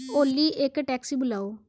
ਓਲੀ ਇੱਕ ਟੈਕਸੀ ਬੁਲਾਓ